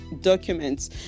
documents